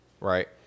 Right